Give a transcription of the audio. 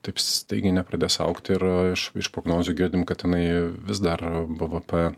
taip staigiai nepradės augt ir iš prognozių girdim kad tenai vis dar bvp